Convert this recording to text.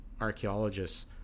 archaeologists